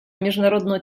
міжнародного